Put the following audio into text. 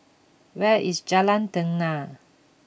where is Jalan Tenang